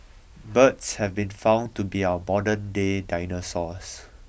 birds have been found to be our modernday dinosaurs